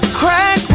crack